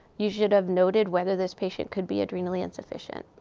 you should have noted whether this patient could be adrenally insufficient.